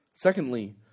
Secondly